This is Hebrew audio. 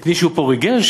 את מישהו פה זה ריגש?